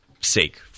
sake